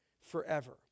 forever